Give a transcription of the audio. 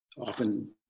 often